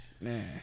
man